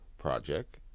project